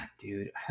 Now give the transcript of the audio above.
dude